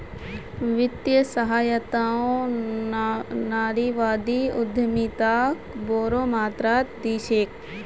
वित्तीय सहायताओ नारीवादी उद्यमिताक बोरो मात्रात दी छेक